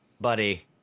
Buddy